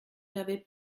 n’avait